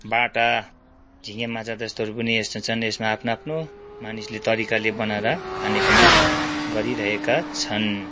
बाटा झिङ्गे माछा त्यस्तोहरू पनि यस्ता छन् यसमा आफ्नो आफ्नो मानिसले तरिकाले बनाएर खाने पनि गरिरहेका छन्